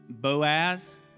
Boaz